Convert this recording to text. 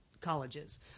colleges